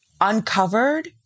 uncovered